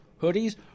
hoodies